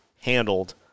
handled